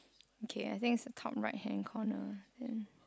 okay I think it's the top right hand corner then